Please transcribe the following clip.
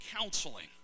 counseling